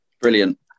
Brilliant